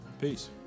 Peace